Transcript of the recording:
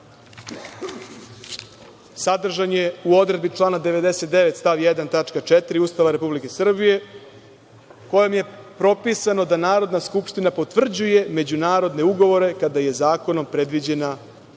sadržan je u odredbi člana 99. stav 1. tačka 4. Ustava Republike Srbije, kojom je propisano da Narodna skupština potvrđuje međunarodne ugovore kada je zakonom predviđena obaveza